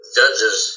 judges